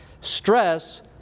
Stress